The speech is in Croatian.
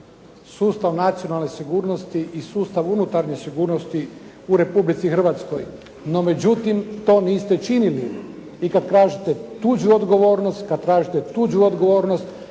sustav nacionalne sigurnosti i sustav unutarnje sigurnosti u Republici Hrvatskoj. No međutim, to niste činili i kad tražite tuđu odgovornosti, kad tražite tuđu odgovornost